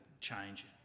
change